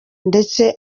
ndetse